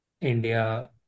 India